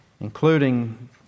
including